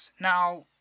Now